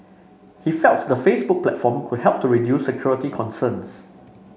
he felt the Facebook platform could help to reduce security concerns